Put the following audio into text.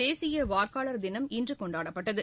தேசிய வாக்காளர் தினம் இன்று கொண்டாடப்பட்டது